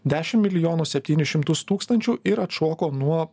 dešim milijonų septynis šimtus tūkstančių ir atšoko nuo